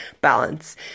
balance